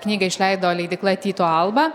knygą išleido leidykla tyto alba